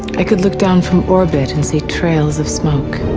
i could look down from orbit and see trails of smoke.